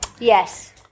Yes